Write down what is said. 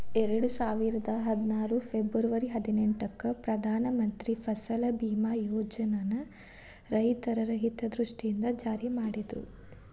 ಎರಡುಸಾವಿರದ ಹದ್ನಾರು ಫೆಬರ್ವರಿ ಹದಿನೆಂಟಕ್ಕ ಪ್ರಧಾನ ಮಂತ್ರಿ ಫಸಲ್ ಬಿಮಾ ಯೋಜನನ ರೈತರ ಹಿತದೃಷ್ಟಿಯಿಂದ ಜಾರಿ ಮಾಡಿದ್ರು